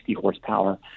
horsepower